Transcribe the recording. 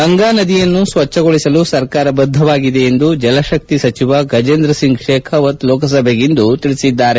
ಗಂಗಾನದಿಯನ್ನು ಸ್ವಭ್ಗೊಳಿಸಲು ಸರ್ಕಾರ ಬದ್ದವಾಗಿದೆ ಎಂದು ಜಲತ್ತಿ ಸಚಿವ ಗಜೇಂದ್ರ ಸಿಂಗ್ ಶೇಖಾವತ್ ಲೋಕಸಭೆಗಿಂದು ತಿಳಿಸಿದ್ದಾರೆ